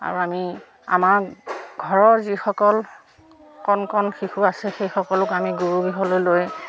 আৰু আমি আমাৰ ঘৰৰ যিসকল কণ কণ শিশু আছে সেইসকলক আমি গুৰু গৃহলৈ লৈ